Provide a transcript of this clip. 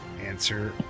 Answer